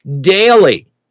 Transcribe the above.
daily